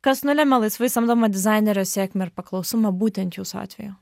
kas nulemia laisvai samdomo dizainerio sėkmę ir paklausumą būtent jūsų atveju